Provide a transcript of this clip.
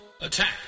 Attack